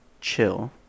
chill